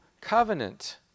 covenant